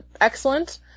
excellent